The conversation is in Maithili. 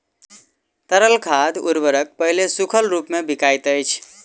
तरल खाद उर्वरक पहिले सूखल रूपमे बिकाइत अछि